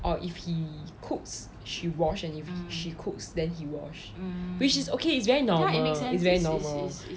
or if he cooks she wash and if she cooks then he wash which is okay is very normal is very normal